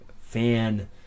fan